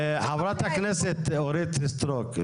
חברת הכנסת אורית סטרוק,